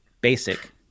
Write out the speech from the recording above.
basic